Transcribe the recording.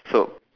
so